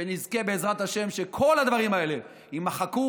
שנזכה בעזרת השם שכל הדברים האלה יימחקו,